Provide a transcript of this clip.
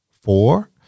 four